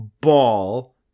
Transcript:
Ball